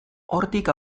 hortik